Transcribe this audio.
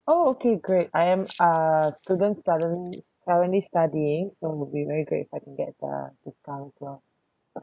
oh okay great I am uh student studying currently studying so it will be very great if I can get a discount as well